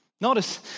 Notice